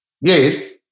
Yes